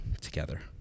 together